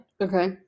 Okay